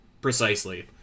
precisely